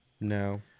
No